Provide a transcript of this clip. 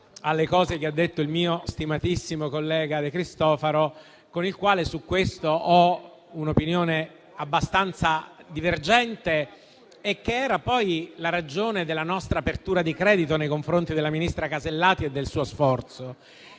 alle cose che ha detto il mio stimatissimo collega De Cristofaro, con il quale su questo ho un'opinione abbastanza divergente e che era poi la ragione della nostra apertura di credito nei confronti della ministra Casellati e del suo sforzo.